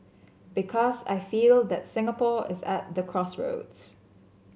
because I feel that Singapore is at the crossroads